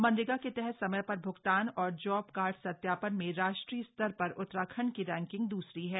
मनरेगा के तहत समय पर भ्गतान और जॉब कार्ड सत्यापन में राष्ट्रीय स्तर पर उत्तराखण्ड की रैंकिंग दूसरी है